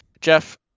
Jeff